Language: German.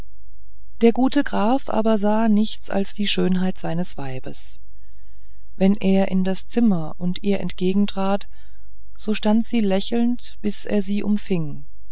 der gute graf aber sah nichts als die schönheit seines weibes wenn er in das zimmer und ihr entgegentrat so stand sie lächelnd bis er sie umfing